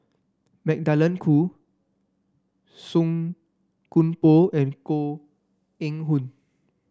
Magdalene Khoo Song Koon Poh and Koh Eng Hoon